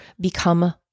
become